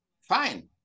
Fine